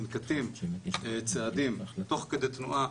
ננקטים צעדים תוך כדי תנועה,